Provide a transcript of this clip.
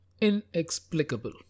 inexplicable